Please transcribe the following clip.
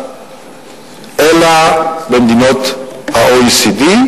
אלא במדינות ה-OECD,